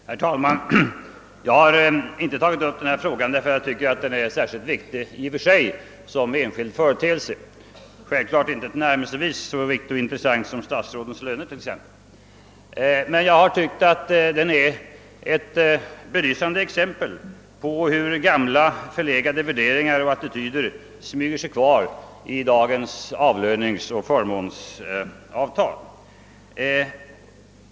Herr talman! Jag har inte tagit upp denna fråga därför att jag anser att den är särskilt viktig i och för sig, som enskild företeelse. Den är självfallet inte tillnärmelsevis så intressant som t.ex. frågan om statsrådens löner. Men jag tycker ändå att detta är ett belysande exempel på hur gamla förlegade värderingar och attityder dröjer sig kvar i dagens löneoch förmånsavtal.